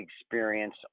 experience